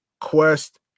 Quest